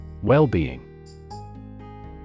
Well-being